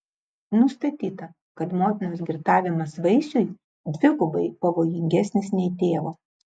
nustatyta kad motinos girtavimas vaisiui dvigubai pavojingesnis nei tėvo